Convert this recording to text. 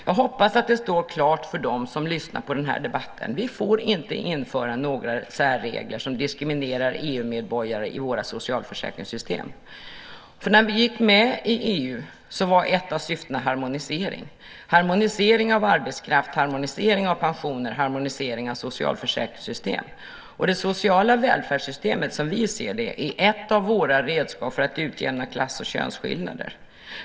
Jag hoppas att det står klart för dem som lyssnar på den här debatten att vi inte får införa några särregler som diskriminerar EU-medborgare i våra socialförsäkringssystem. När vi gick med i EU var ett av syftena harmonisering, harmonisering av arbetskraft, harmonisering av pensioner och harmonisering av socialförsäkringssystem. Det sociala välfärdssystemet, som vi ser det, är ett av våra redskap för att utjämna klass och könsskillnader.